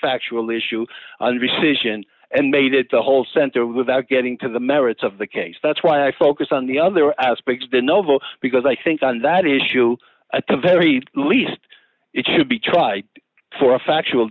factual issue on recession and made it the whole center without getting to the merits of the case that's why i focused on the other aspects the novo because i think on that issue at the very least it should be tried for a factual